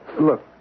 Look